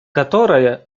которая